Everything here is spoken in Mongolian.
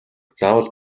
заавал